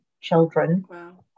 children